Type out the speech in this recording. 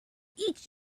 each